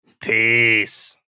peace